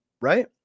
right